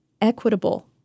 equitable